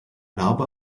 narbe